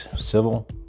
civil